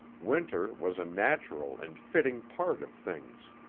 winter was a natural and fitting part of things.